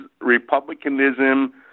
republicanism